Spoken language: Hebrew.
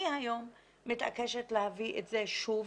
אני היום מתעקשת להביא את זה שוב,